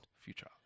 Future